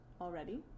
already